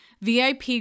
VIP